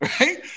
right